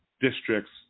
districts